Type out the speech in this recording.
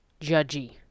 judgy